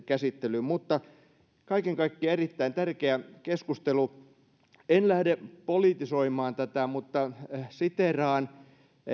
käsittelyyn mutta kaiken kaikkiaan erittäin tärkeä keskustelu en lähde politisoimaan tätä mutta siteeraan